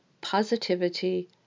positivity